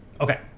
okay